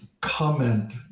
comment